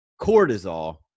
cortisol